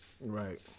Right